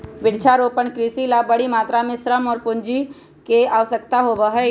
वृक्षारोपण कृषि ला बड़ी मात्रा में श्रम और पूंजी के आवश्यकता होबा हई